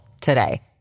today